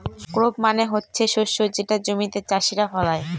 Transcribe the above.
crop মানে হচ্ছে শস্য যেটা জমিতে চাষীরা ফলায়